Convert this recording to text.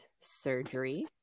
surgery